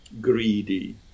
greedy